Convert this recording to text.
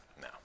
No